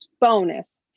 bonus